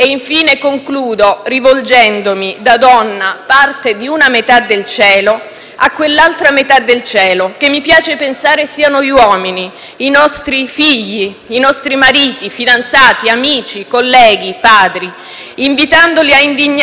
parte di una metà del cielo, a quell'altra metà del cielo, che mi piace pensare siano gli uomini, i nostri figli, i nostri mariti, fidanzati, amici, colleghi, padri, invitandoli a indignarsi per ogni episodio di violenza contro le donne,